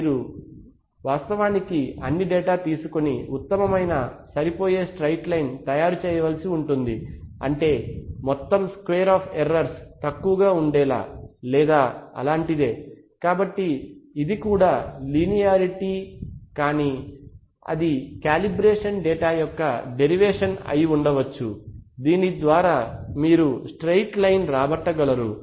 కాబట్టి మీరు వాస్తవానికి అన్ని డేటాను తీసుకొని ఉత్తమమైన సరిపోయే స్ట్రెయిట్ లైన్ తయారు చేయవలసి ఉంటుంది అంటే మొత్తం స్క్వేర్ ఆఫ్ ఎర్రర్స్ తక్కువగా ఉండేలా లేదా అలాంటిదే కాబట్టి ఇది కూడా లీనియారిటీ కానీ అది కాలిబ్రేషన్ డేటా యొక్క డెరివేషన్ అయిఉండొచ్చు దీనిద్వారా మీరు స్ట్రెయిట్ లైన్ రాబట్టగలరు